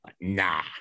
Nah